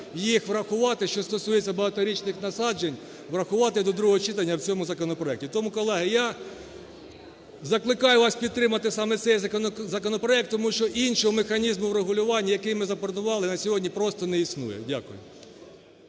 їх врахувати, що стосується багаторічних насаджень, врахувати до другого читання в цьому законопроекті. Тому, колеги, я закликаю вас підтримати саме цей законопроект тому що іншого механізму врегулювання, який ми запропонували на сьогодні, просто не існує. Дякую.